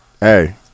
Hey